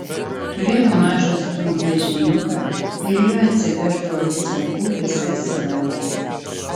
turėjo mažą sunkvežimiuką ir juo atsiveždavo atsargų visai savaitei